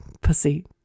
pussy